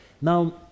Now